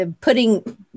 putting